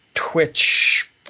twitch